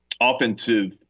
offensive